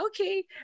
okay